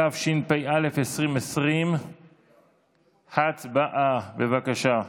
התשפ"א 2020. הצבעה, בבקשה.